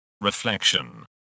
reflection